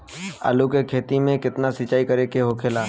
आलू के खेती में केतना सिंचाई करे के होखेला?